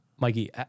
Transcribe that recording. Mikey